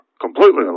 Completely